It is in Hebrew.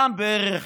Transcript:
גם בערך